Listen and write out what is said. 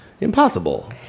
impossible